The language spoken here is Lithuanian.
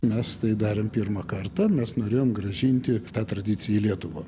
mes tai darome pirmą kartą mes norėjome grąžinti tą tradiciją į lietuvą